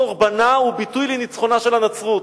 חורבנה הוא ביטוי לניצחונה של הנצרות.